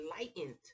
enlightened